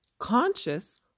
Conscious